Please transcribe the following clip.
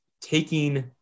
taking